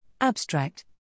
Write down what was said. Abstract